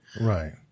Right